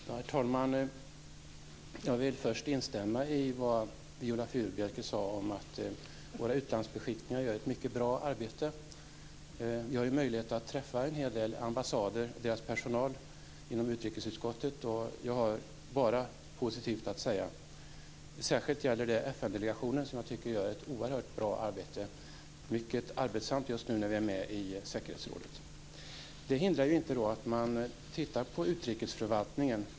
Herr talman! Jag vill först instämma i det som Viola Furubjelke sade om att våra utlandsbeskickningar gör ett mycket bra arbete. Vi i utrikesutskottet har ju möjlighet att träffa en hel del ambassadpersonal. Jag har bara positivt att säga om den. Det gäller särskilt FN-delegationen som gör ett oerhört bra arbete. Den har det mycket arbetsamt just nu när vi är med i säkerhetsrådet. Det hindrar inte att man ser över utrikesförvaltningen.